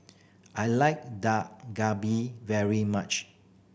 I like Dak Galbi very much